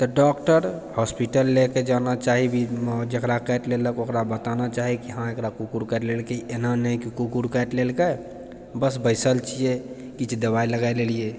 तऽ doctor hospital लैके जाना चाही जेकरा काटि लेलक ओकरा बताना चाही की हँ एकरा कुकुर काटि लेलकै इ एना नहि की कुकुर काटि लेलकै बस बैसल छियै किछु दवाइ लगाय लेलिए